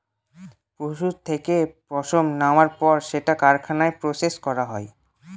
পশুর থেকে পশম নেওয়ার পর সেটাকে কারখানায় প্রসেস করা হয়